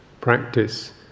practice